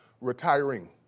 retiring